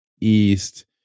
East